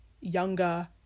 younger